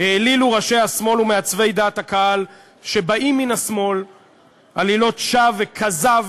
העלילו ראשי השמאל ומעצבי דעת הקהל שבאים מן השמאל עלילות שווא וכזב,